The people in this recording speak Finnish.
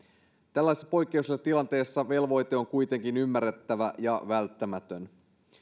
tällaisessa poikkeuksellisessa tilanteessa velvoite on kuitenkin ymmärrettävä ja välttämätön